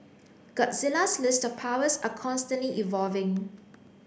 Godzilla's list of powers are constantly evolving